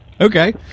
Okay